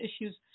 issues